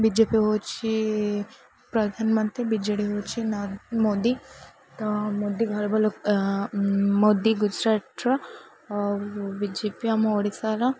ବି J P ହେଉଛି ପ୍ରଧାନମନ୍ତ୍ରୀ B J D ହେଉଛି ମୋଦି ତ ମୋଦି ଲୋକ ମୋଦି ଗୁଜୁରାଟର ଆଉ ବି ଜେ ପି ଆମ ଓଡ଼ିଶାର